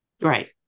right